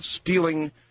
stealing